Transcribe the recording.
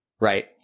right